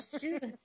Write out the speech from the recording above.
Shoot